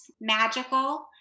magical